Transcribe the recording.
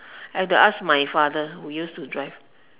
I have to ask my father who used to drive